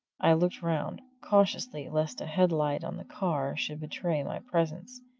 i looked round, cautiously, lest a headlight on the car should betray my presence.